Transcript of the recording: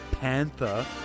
Panther